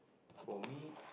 for me